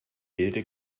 wilde